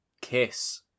kiss